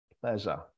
pleasure